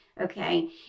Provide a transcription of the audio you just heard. Okay